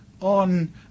on